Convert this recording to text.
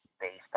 based